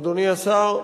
אדוני השר,